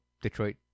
Detroit